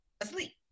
asleep